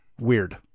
weird